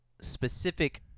specific